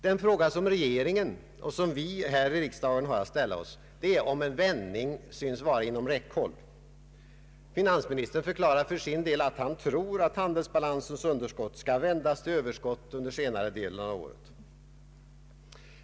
Den fråga som regeringen och vi här i riksdagen har att ställa oss är om en vändning synes vara inom räckhåll. Finansministern förklarar för sin del att han tror att handelsbalansens underskott skall vändas tili överskott under senare delen av året.